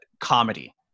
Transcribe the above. comedy